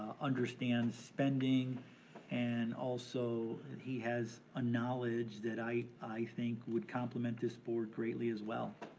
ah understands spending and also he has a knowledge that i i think would complement this board greatly as well.